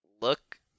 look